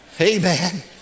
Amen